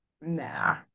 nah